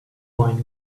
wine